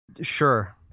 Sure